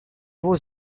was